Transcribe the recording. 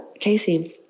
Casey